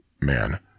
Man